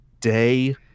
day